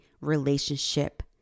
relationship